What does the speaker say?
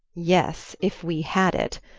yes if we had it!